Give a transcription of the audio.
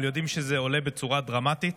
אבל יודעים שזה עולה בצורה דרמטית,